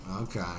Okay